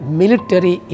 military